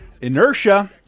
Inertia